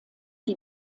die